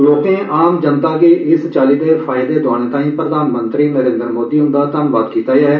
लोकें आम जनता गी इस चाल्ली द फायद द्आन ताई प्रधानमंत्री नरम्मद्र मोदी हन्दा धन्नवाद कीता ऐ